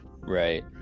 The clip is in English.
Right